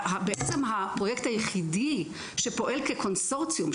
בעצם הפרויקט היחידי שפועל כקונסורציום.